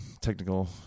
technical